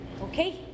Okay